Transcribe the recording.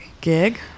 gig